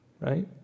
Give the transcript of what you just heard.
right